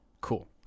Cool